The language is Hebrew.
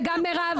וגם מירב,